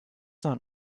not